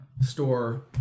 store